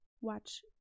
watch